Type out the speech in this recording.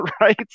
Right